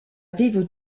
rive